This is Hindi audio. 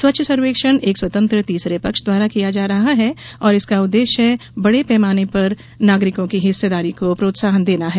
स्वच्छ सर्वेक्षण एक स्वतंत्र तीसरे पक्ष द्वारा किया जा रहा है और इसका उद्देश्य बड़े पैमाने पर नागरिकों की हिस्सेदारी को प्रोत्साहन देना है